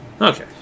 Okay